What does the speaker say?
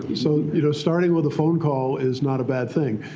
ah so you know starting with a phone call is not a bad thing.